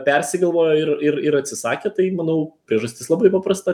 persigalvojo ir ir atsisakė tai manau priežastis labai paprasta